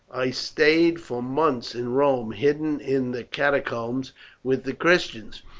i stayed for months in rome, hidden in the catacombs with the christians,